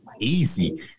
easy